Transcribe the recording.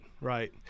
right